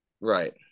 Right